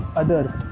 others